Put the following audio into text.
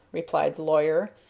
replied the lawyer,